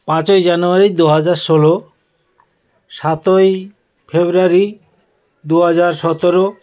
পাঁচই জানুয়ারি দুহাজার ষোলো সাতই ফেব্রুয়ারি দুহাজার সতেরো